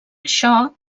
això